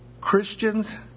Christians